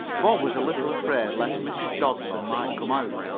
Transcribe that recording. bob was a little afraid lest mrs. dodson might come out,